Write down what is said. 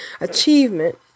achievement